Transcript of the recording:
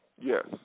yes